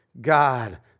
God